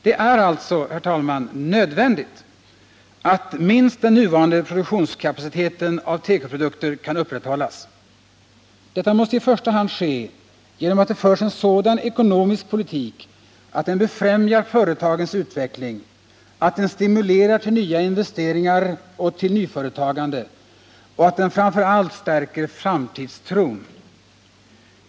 Det är alltså, herr talman, nödvändigt att minst den nuvarande produktionskapaciteten när det gäller tekoprodukter kan upprätthållas. Detta måste i första hand ske genom att det förs en sådan ekonomisk politik, att den befrämjar företagens utveckling, att den stimulerar till nya investeringar och till nyföretagande och att den framför allt stärker framtidstron.